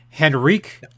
Henrique